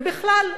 ובכלל,